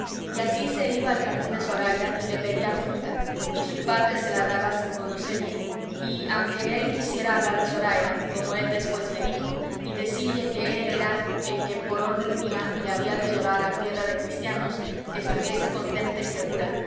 y así se iba al jardín de zoraida y le pedía fruta y su padre se la daba sin conocelle y aunque él quisiera hablar a zoraida como él después me dijo y decille que él era el que por orden mía le había de llevar a tierra de cristianos que estuviese contenta y segura